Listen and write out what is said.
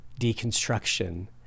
deconstruction